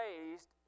raised